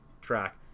track